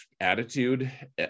attitude